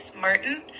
Martin